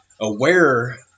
aware